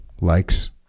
likes